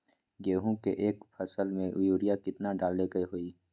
गेंहू के एक फसल में यूरिया केतना डाले के होई?